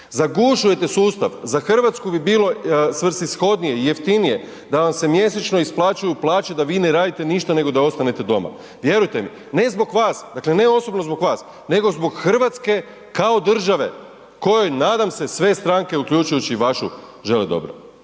zagušujete sustav. Za RH bi bilo svrsishodnije i jeftinije da vam se mjesečno isplaćuju plaće da vi ne radite ništa nego da ostanete doma. Vjerujte mi, ne zbog vas, dakle ne osobno zbog vas, nego zbog RH kao države, kojom nadam se sve stranke uključujući i vašu, želi dobro,